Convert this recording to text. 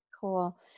Cool